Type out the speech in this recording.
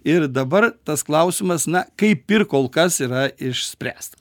ir dabar tas klausimas na kaip ir kol kas yra išspręstas